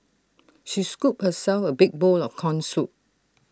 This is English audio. she scooped herself A big bowl of Corn Soup